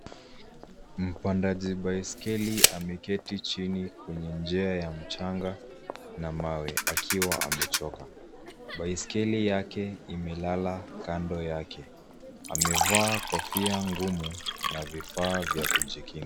Mpandaji baiskeli ameketi chini kwenye njia ya mchanga na mawe, akiwa amechoka. Baiskeli yake imelala kando yake. Amevaa kofia ngumu na vifaa vya kujikinga.